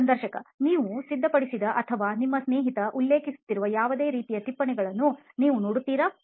ಸಂದರ್ಶಕ ನೀವು ಸಿದ್ಧಪಡಿಸಿದ ಅಥವಾ ನಿಮ್ಮ ಸ್ನೇಹಿತ ಉಲ್ಲೇಖಿಸಿರುವ ಯಾವುದೇ ರೀತಿಯ ಟಿಪ್ಪಣಿಗಳನ್ನು ನೀವು ನೋಡುತ್ತೀರಾ